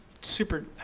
Super